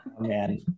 man